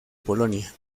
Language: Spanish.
polonia